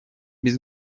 без